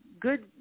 good